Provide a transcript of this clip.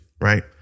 right